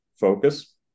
focus